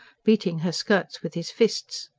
beating her skirts with his fists.